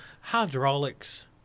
hydraulics